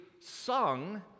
sung